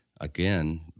again